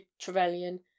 Trevelyan